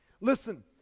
Listen